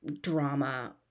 drama